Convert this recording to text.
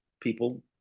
people